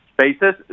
spaces